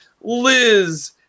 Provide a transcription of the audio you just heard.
Liz